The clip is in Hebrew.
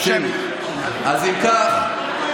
יואב קיש (הליכוד): אז אם כך,